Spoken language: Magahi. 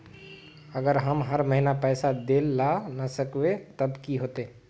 अगर हम हर महीना पैसा देल ला न सकवे तब की होते?